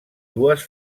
dues